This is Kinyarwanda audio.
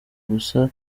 gusa